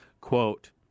Quote